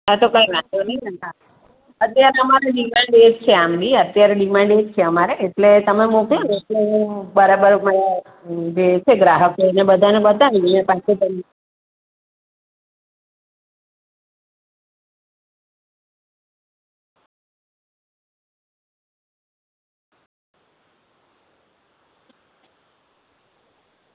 હા તો કંઈ વાંધો નહીં તમતારે અત્યારે અમારું સિજન ડે જ છે આમ બી અત્યારે ડીમાંડીંગ છે અત્યારે એટલે તમે મોકલોને તો હું બરાબર જે છે ગ્રાહકો એને બધાંને બતાવી દઈએ